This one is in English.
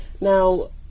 Now